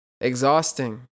exhausting